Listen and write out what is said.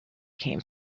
came